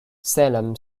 salem